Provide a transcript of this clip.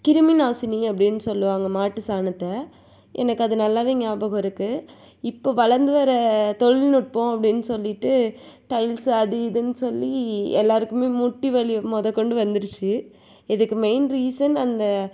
கிருமிநாசினி அப்படின்னு சொல்லுவாங்க மாட்டு சாணத்தை எனக்கு அது நல்லாவே ஞாபகம் இருக்கு இப்போ வளர்ந்து வர தொழில்நுட்பம் அப்படின்னு சொல்லிவிட்டு டைல்ஸ்ஸு அது இதுன்னு சொல்லி எல்லாருக்குமே மூட்டிவலி முதக்கொண்டு வந்துருச்சு இதுக்கு மெய்ன் ரீசன் அந்த